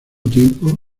tiempo